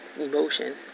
emotion